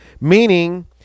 meaning